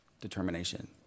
determination